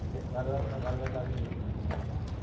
okay வேறு எதா வேறு எதாவது கிளாரிஃபிகேஷன் இருக்குங்களா மேடம்